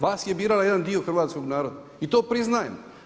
Vas je birao jedan dio hrvatskog naroda i to priznajem.